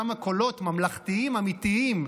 כמה קולות ממלכתיים אמיתיים,